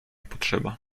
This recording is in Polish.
potrzeba